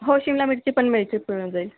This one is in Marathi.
हो शिमला मिरची पण मग इथेच मिळून जाईल